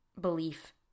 belief